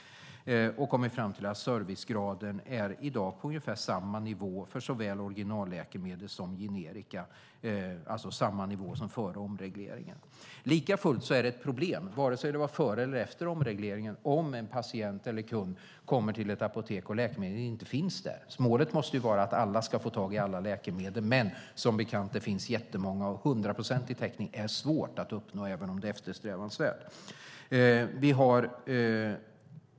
Man har kommit fram till att servicegraden i dag är på ungefär samma nivå som före omregleringen för såväl originalläkemedel som generika. Likafullt är det ett problem - vare sig det var före omregleringen eller är efter den - om en kund kommer till ett apotek och läkemedlet inte finns där. Målet måste ju vara att alla ska få tag i alla läkemedel. Men som bekant finns det jättemånga, och hundraprocentig täckning är svårt att uppnå, även om det är eftersträvansvärt.